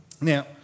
Now